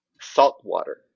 saltwater